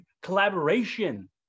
collaboration